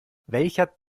welcher